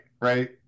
right